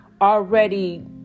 already